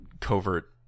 covert